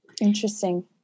Interesting